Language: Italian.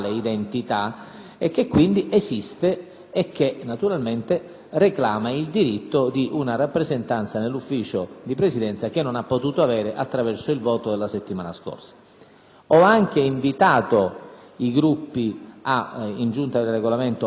e naturalmente reclama il diritto di una rappresentanza nel Consiglio di Presidenza, che non ha potuto avere attraverso il voto della settimana scorsa. Ho anche invitato i Gruppi, in sede di Giunta per il Regolamento, a farsi carico di eventuali iniziative.